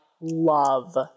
love